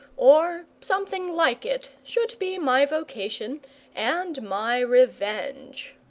or something like it, should be my vocation and my revenge.